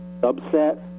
subset